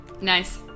Nice